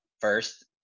first